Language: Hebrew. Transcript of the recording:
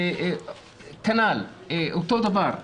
אותו דבר,